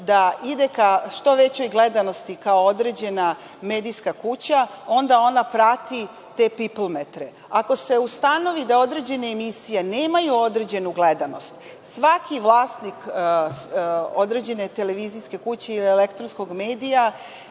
da ide ka što većoj gledanosti, kao određena medijska kuća, onda ona prati te „piplmetre“. Ako se ustanovi da određene emisije nemaju određenu gledanost, svaki vlasnik određene televizijske kuće i elektronskog medija